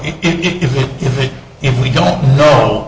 is it if it if we don't know